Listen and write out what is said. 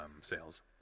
sales